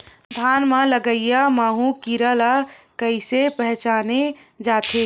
धान म लगईया माहु कीरा ल कइसे पहचाने जाथे?